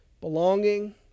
Belonging